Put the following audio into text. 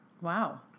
Wow